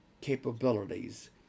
capabilities